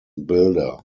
builder